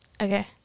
Okay